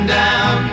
down